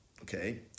okay